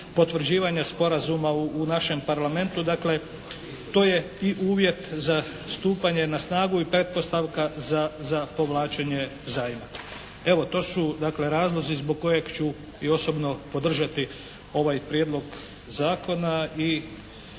potvrđivanja sporazuma u našem Parlamentu, dakle to je i uvjet za stupanje na snagu i pretpostavka za povlačenje zajma. Evo to su dakle razlozi zbog kojeg ću i osobno podržati ovaj Prijedlog zakona i